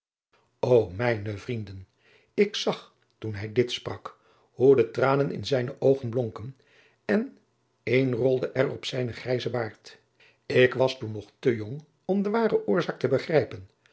o mijne vrienden ik zag toen hij dit sprak hoe de tranen in zijne oogen blonken en een rolde er op zijnen grijzen baard ik was toen nog te jong om de ware oorzaak te begrijpen